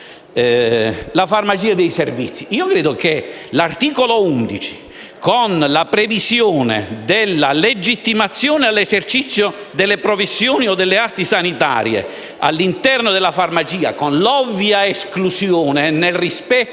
la farmacia dei servizi: credo che l'articolo 11, con la previsione della legittimazione all'esercizio delle professioni o delle arti sanitarie all'interno della farmacia - con l'ovvia esclusione, nel rispetto